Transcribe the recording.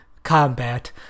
combat